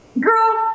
Girl